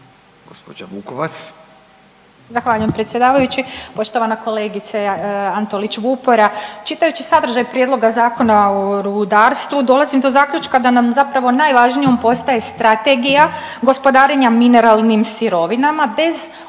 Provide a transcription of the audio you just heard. (Nezavisni)** Zahvaljujem predsjedavajući. Poštovana kolegice Antolić Vupora, čitajući sadržaj prijedloga Zakona o rudarstvu dolazim do zaključka da nam zapravo najvažnijom postaje strategija gospodarenja mineralnim sirovinama bez ozbiljnih